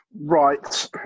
right